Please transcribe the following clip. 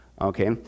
okay